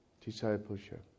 discipleship